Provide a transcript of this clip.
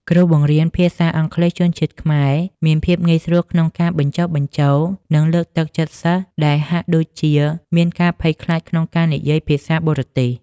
គ្រូបង្រៀនភាសាអង់គ្លេសជនជាតិខ្មែរមានភាពងាយស្រួលក្នុងការបញ្ចុះបញ្ចូល និងលើកទឹកចិត្តសិស្សដែលហាក់ដូចជាមានការភ័យខ្លាចក្នុងការនិយាយភាសាបរទេស។